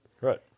right